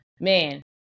Man